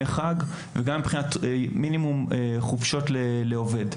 גם מבחינת ימי חג וגם מבחינת מינימום חופשות לעובד,